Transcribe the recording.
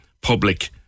public